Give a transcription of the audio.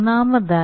ഒന്നാമതായി